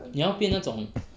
你要变那种